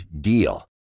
DEAL